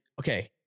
okay